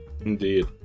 Indeed